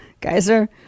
Geyser